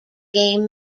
game